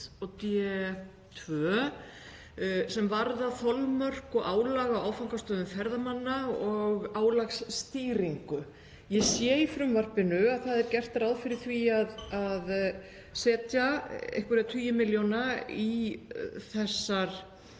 og D.2., sem varða þolmörk og álag á áfangastöðum ferðamanna og álagsstýringu. Ég sé í frumvarpinu að gert er ráð fyrir því að setja einhverja tugi milljóna í þessar